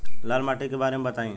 लाल माटी के बारे में बताई